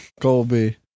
Colby